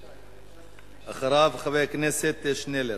אחריו, חבר הכנסת שנלר.